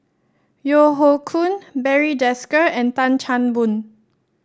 Yeo Hoe Koon Barry Desker and Tan Chan Boon